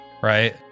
right